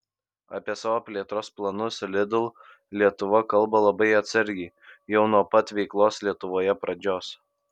apie savo plėtros planus lidl lietuva kalba labai atsargiai jau nuo pat veiklos lietuvoje pradžios